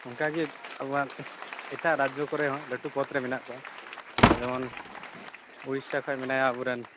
ᱚᱱᱠᱟᱜᱮ ᱟᱵᱚᱣᱟᱜ ᱮᱴᱟᱜ ᱨᱟᱡᱽᱡᱚ ᱠᱚᱨᱮᱦᱚᱸ ᱞᱟᱹᱴᱩ ᱯᱚᱫᱨᱮ ᱢᱮᱱᱟᱜ ᱠᱚᱣᱟ ᱡᱮᱢᱚᱱ ᱩᱲᱤᱥᱥᱟ ᱠᱷᱚᱱ ᱢᱮᱱᱟᱭᱟ ᱟᱵᱚᱨᱮᱱ